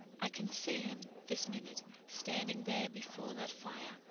i can see him, this minute, standing there before that fire,